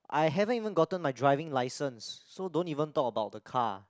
I haven't even gotten my driving license so don't even talk about the car